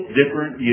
different